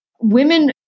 Women